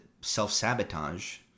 self-sabotage